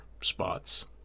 spots